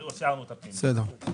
בסדר.